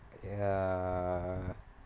ya